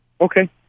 Okay